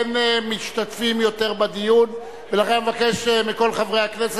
אין עוד משתתפים בדיון ולכן אני מבקש מכל חברי הכנסת